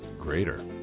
greater